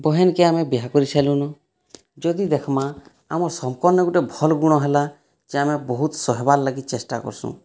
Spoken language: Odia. ବହେନକେ ଆମେ ବିହା କରିସାରଲୁନ ଯଦି ଦେଖମା ଆମର୍ ସମ୍ପନ୍ନେ ଗୋଟିଏ ଭଲ୍ ଗୁଣ ହେଲା ଯେ ଆମେ ବହୁତ ସହିବାର ଲାଗି ଚେଷ୍ଟା କରସୁଁ